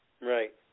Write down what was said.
Right